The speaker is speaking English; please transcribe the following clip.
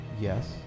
Yes